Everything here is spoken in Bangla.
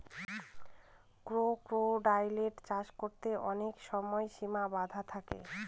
ক্রোকোডাইলের চাষ করতে অনেক সময় সিমা বাধা থাকে